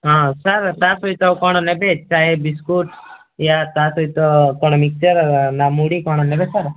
ହଁ ସାର୍ ତା ସହିତ କଣ ନେବେ ଚାଏ ବିସ୍କୁଟ୍ ୟା ତା ସହିତ କଣ ମିକ୍ସଚର୍ ନା ମୁଢ଼ି କଣ ନେବେ ସାର୍